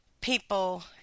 people